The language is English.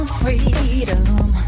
freedom